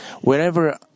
Wherever